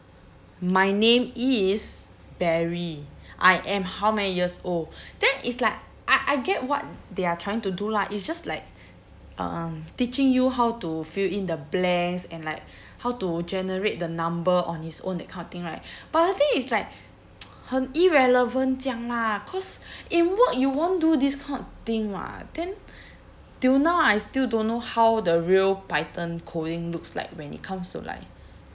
my name is barry I am how many years old then it's like I I get what they are trying to do lah it's just like um teaching you how to fill in the blanks and like how to generate the number on its own that kind of thing right but the thing is like 很 irrelevant 这样 lah cause in work you won't do this kind of thing [what] then till now I still don't know how the real python coding looks like when it comes to like